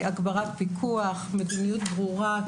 הגברת פיקוח, מדיניות ברורה.